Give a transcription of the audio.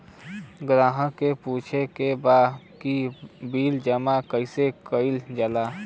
ग्राहक के पूछे के बा की बिल जमा कैसे कईल जाला?